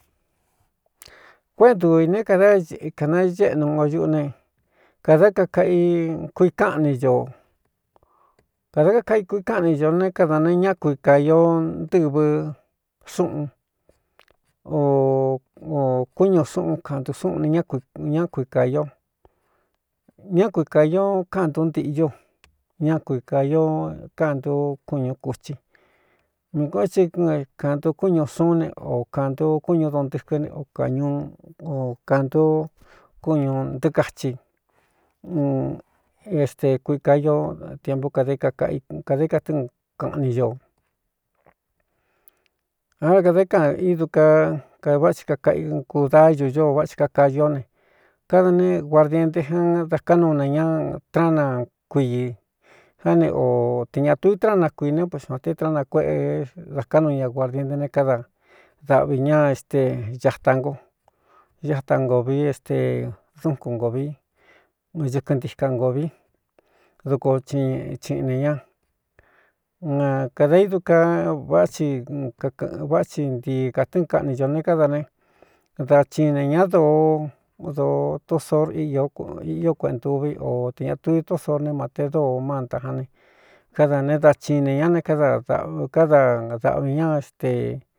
Kuéꞌentuvī ne kadá kānaéꞌnu o ñuꞌu ne kādá kakaꞌi kui káꞌni ō kādā kakaꞌai kui káꞌani ñō ne káda ne ñá kui kaīo ntɨvɨ xúꞌun o kúñū súꞌun kaꞌntun súꞌn ne ñ ñá kui kāio ñá kui kāīo káꞌntuntiꞌi ño ñá kui kāīo káꞌn ntu kúñū kūthi mi kān é ti kāntu kúñū suún ne o kāntu kúñū do ntɨkɨ́ ne o kañuu o kāntu kúñū ntɨɨkachi este kui ka io tiepú kd ꞌkādé katɨɨn kaꞌni ño a ra kadá ka idu ka kadvá ti kakaꞌi kudañu ñoo váꞌ ti kakayó ne káda ne guardien de jan da ká nuu na ña tráána kuiī já ne o te ñā tu i tráꞌana kuine pꞌxnate tráꞌna kueꞌe da ká nu ña guardiente ne káda dāꞌvi ña éste ñata ngo ñata ngo vi éste dúnkun ngo vi ñɨkɨn ntika ngo vi doko i chiꞌin ne ña na kada idu ka váꞌ ci kakɨꞌɨn vá thi ntii kātɨ́ɨn kaꞌni ñō ne káda ne da chiin ne ña dóo doo tósor ꞌiꞌo kueꞌntûvi o tē ña tui tósor né mate dóo mánta jáne káda ne da chin ne ña ne kádkáda dāꞌvi ñá ste.